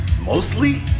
mostly